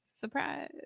surprise